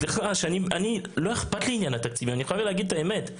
לא אכפת לי עניין התקציב, אני חייב להגיד את האמת.